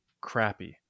crappy